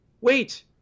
wait